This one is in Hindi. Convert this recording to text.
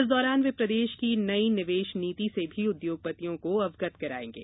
इस दौरान वे प्रदेश की नई निवेश नीति से भी उद्योगपतियों को अवगत करायेंगे